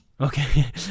Okay